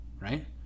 Right